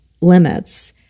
limits